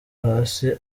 hasi